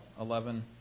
11